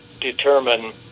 determine